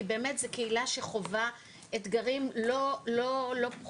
כי באמת זו קהילה שחווה אתגרים לא פחותים.